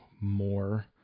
more